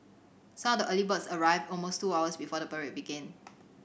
some of the early birds arrived almost two hours before the parade began